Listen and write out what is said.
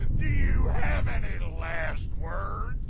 do you have any last words?